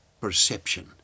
perception